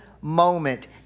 moment